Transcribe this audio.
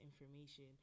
information